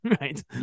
right